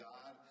God